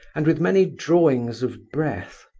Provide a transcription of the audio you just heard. and with many drawings of breath.